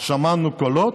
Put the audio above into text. שמענו קולות.